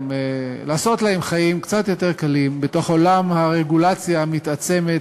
לעשות להם חיים קצת יותר קלים בתוך עולם הרגולציה המתעצמת